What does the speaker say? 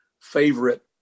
favorite